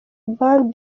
band